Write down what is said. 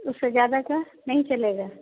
उससे ज़्यादा का नहीं चलेगा